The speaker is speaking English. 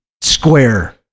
square